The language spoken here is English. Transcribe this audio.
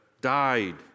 died